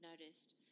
noticed